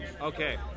Okay